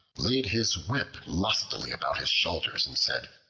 laid his whip lustily about his shoulders and said,